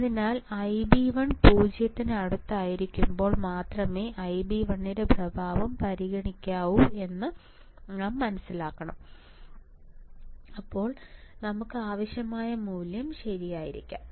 അതിനാൽ Ib1 0 ന് അടുത്തായിരിക്കുമ്പോൾ മാത്രമേ Ib1 ന്റെ പ്രഭാവം പരിഗണിക്കാവൂ എന്ന് നാം മനസ്സിലാക്കണം അപ്പോൾ നമുക്ക് ആവശ്യമുള്ള മൂല്യം ശരിയായിരിക്കാം